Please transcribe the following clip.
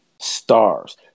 stars